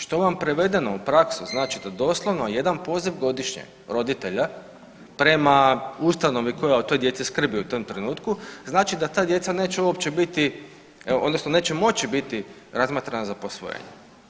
Što vam prevedeno u praksi znači da doslovno jedan poziv godišnje roditelja prema ustanovi koja o toj djeci skrbi u tom trenutku znači da ta djeca neće uopće biti, odnosno neće moći biti razmatrana za posvojenje.